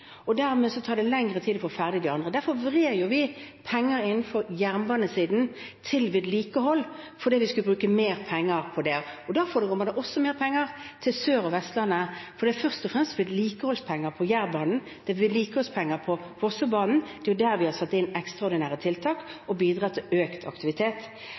og dermed tar det lengre tid å få ferdig de andre. Derfor vrir vi penger innenfor jernbanesiden til vedlikehold, fordi vi skulle bruke mer penger på det. Derfor kommer det også mer penger til Sør- og Vestlandet, for det er først og fremst gjennom vedlikeholdspenger til Jærbanen og vedlikeholdspenger til Vossebanen at vi har satt inn ekstraordinære tiltak og bidrar til økt aktivitet.